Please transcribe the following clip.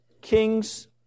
Kings